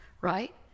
right